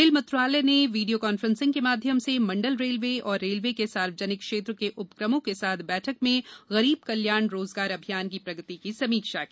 rail मंत्रालय ने video conferencing के माध्यम से मंडल रेलवे और रेलवे के सार्वजानिक क्षेत्र के उपक्रमों के साथ बैठक में गरीब कल्याण रोजगार अभियान की प्रगति की समीक्षा की